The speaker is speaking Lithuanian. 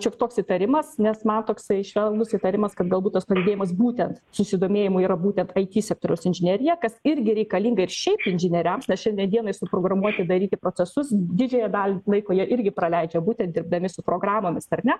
šioks toks įtarimas nes man toksai švelnus įtarimas kad galbūt tas padidėjimas būtent susidomėjimu yra būtent it sektoriaus inžinerija kas irgi reikalinga ir šiaip inžinieriams na šiandien dienai suprogramuoti daryti procesus didžiąją dalį laiko jie irgi praleidžia būtent dirbdami su programomis ar ne